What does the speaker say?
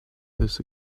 his